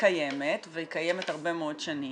וקיימת, והיא קיימת הרבה מאוד שנים,